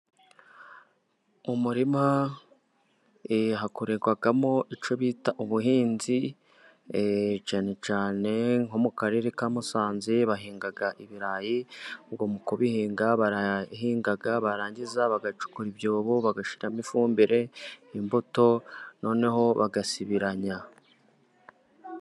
Umurima hakorerwamo icyo bita ubuhinzi cyane cyane nko mu karere ka Musanze bahinga ibirayi, ubwo mu kubihinga barahinga barangiza bagacukura ibyobo bagashimo ifumbire, imbuto noneho bagasibiranya.